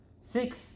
six